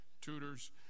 tutors